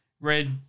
red